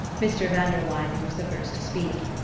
mr. van der luyden was the first to speak.